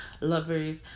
lovers